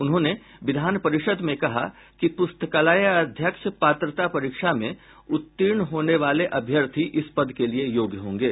उन्होंने विधान परिषद में कहा कि पुस्तकालयाध्यक्ष पात्रता परीक्षा में उत्तर्णी होने वाले अभ्यर्थी इस पद के लिए योग्य होंगे